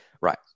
right